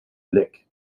lic